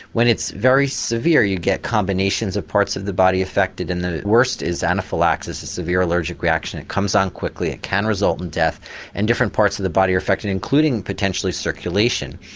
when it's very severe you get combinations of parts of the body affected and the worst is anaphylaxis a severe allergic reaction, it comes on quickly, it can result in death and different parts of the body are affected including potentially circulation.